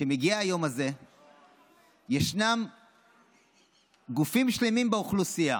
כשמגיע היום הזה ישנם גופים שלמים באוכלוסייה,